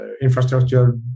infrastructure